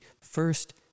first